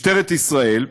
משטרת ישראל,